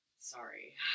Sorry